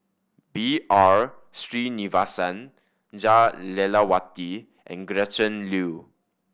B R Sreenivasan Jah Lelawati and Gretchen Liu